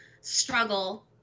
struggle